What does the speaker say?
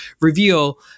reveal